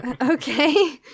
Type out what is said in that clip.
Okay